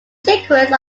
sequence